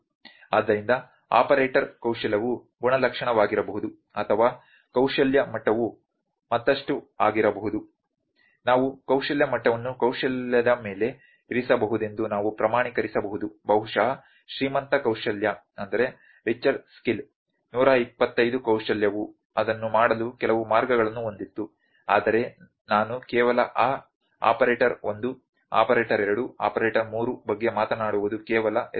ಆದ್ದರಿಂದ ಆಪರೇಟರ್ ಕೌಶಲ್ಯವು ಗುಣಲಕ್ಷಣವಾಗಿರಬಹುದು ಅಥವಾ ಕೌಶಲ್ಯ ಮಟ್ಟವು ಮತ್ತಷ್ಟು ಆಗಿರಬಹುದು ನಾವು ಕೌಶಲ್ಯ ಮಟ್ಟವನ್ನು ಕೌಶಲ್ಯದ ಮೇಲೆ ಇರಿಸಬಹುದೆಂದು ನಾವು ಪ್ರಮಾಣೀಕರಿಸಬಹುದು ಬಹುಶಃ ಶ್ರೀಮಂತ ಕೌಶಲ್ಯ 125 ಕೌಶಲ್ಯವು ಅದನ್ನು ಮಾಡಲು ಕೆಲವು ಮಾರ್ಗಗಳನ್ನು ಹೊಂದಿತ್ತು ಆದರೆ ನಾನು ಕೇವಲ ಆ ಆಪರೇಟರ್ 1 ಆಪರೇಟರ್ 2 ಆಪರೇಟರ್ 3 ಬಗ್ಗೆ ಮಾತನಾಡುವುದು ಕೇವಲ ಹೆಸರುಗಳು